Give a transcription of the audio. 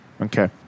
Okay